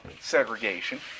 segregation